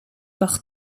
par